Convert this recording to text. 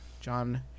John